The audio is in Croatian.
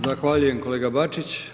Zahvaljujem kolega Bačić.